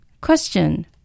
Question